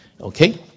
Okay